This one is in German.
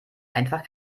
einfach